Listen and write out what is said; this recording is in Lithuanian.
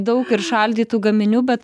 daug ir šaldytų gaminių bet